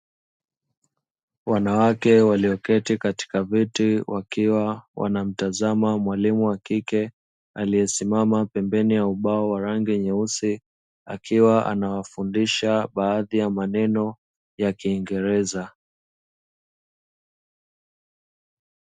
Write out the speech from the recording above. Wanawake walioketi katika viti wakiwa wanamtazama mwalimu wa kike aliyesimama pembeni ya ubao wa rangi nyeusi, akiwa anawafundisha baadhi ya maneno ya kiingereza.